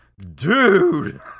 Dude